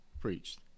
preached